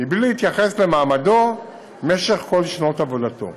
בלי להתייחס למעמדו במשך כל שנות עבודתו.